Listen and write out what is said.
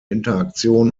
interaktion